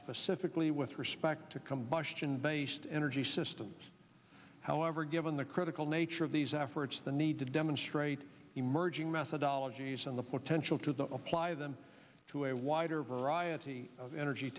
specifically with respect to combustion based energy systems however given the critical nature of these efforts the need to demonstrate emerging methodologies and the potential to the apply them to a wider variety of energy